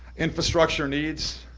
infrastructure needs,